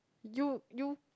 you you